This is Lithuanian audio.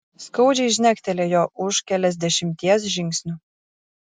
skaudžiai žnektelėjo už keliasdešimties žingsnių